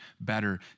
better